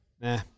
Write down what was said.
Nah